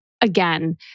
again